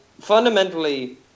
Fundamentally